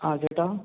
ആ ചേട്ടാ